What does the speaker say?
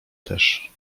też